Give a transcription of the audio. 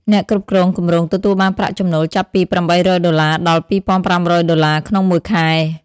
អ្នកគ្រប់គ្រងគម្រោងទទួលបានប្រាក់ចំណូលចាប់ពី ៨០០ ដុល្លារ ដល់ ២,៥០០ ដុល្លារ ក្នុងមួយខែ។